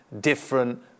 different